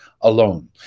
alone